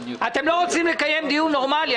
אתם לא רוצים לקיים דיון נורמלי.